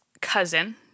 cousin